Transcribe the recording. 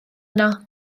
yno